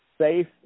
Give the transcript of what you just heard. Safe